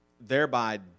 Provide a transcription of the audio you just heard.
thereby